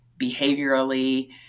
behaviorally